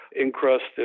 encrusted